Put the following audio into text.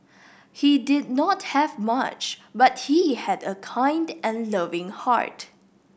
he did not have much but he had a kind and loving heart